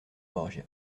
borgia